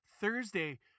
Thursday